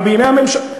אבל בימי הממשלה,